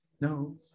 no